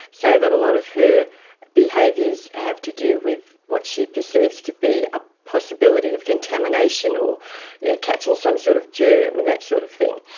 so a lot of her behaviours have to do with what she perceives to be a possibility of contamination or yeah catching some sort of germ and that sort of thing.